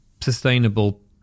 sustainable